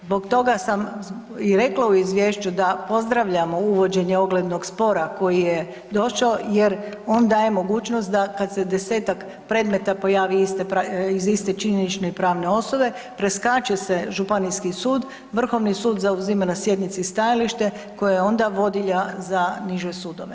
Zbog toga sam i rekla u izvješću da pozdravljam uvođenje oglednog spora koji je došao jer on daje mogućnost da kad se desetak predmet pojavi iz iste činjenične i pravne osnovne, preskače se županijski sud, Vrhovni sud zauzima na sjednici stajalište koje je onda vodilja za niže sudove.